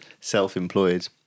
self-employed